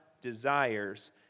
desires